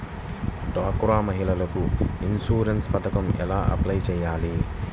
డ్వాక్రా మహిళలకు ఇన్సూరెన్స్ పథకం ఎలా అప్లై చెయ్యాలి?